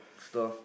store